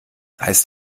heißt